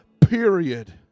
period